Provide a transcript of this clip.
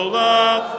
love